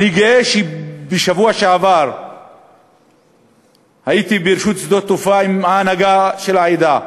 אני גאה שבשבוע שעבר הייתי ברשות שדות התעופה עם ההנהגה של העדה,